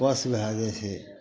थस भै जाए छै